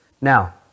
Now